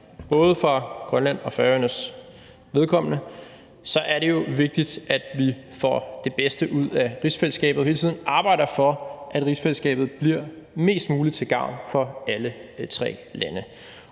både for Grønlands og Færøernes vedkommende, er det jo vigtigt, at vi får det bedste ud af rigsfællesskabet og hele tiden arbejder for, at rigsfællesskabet bliver mest muligt til gavn for alle tre lande.